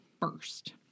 first